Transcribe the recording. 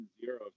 zero